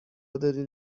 دادین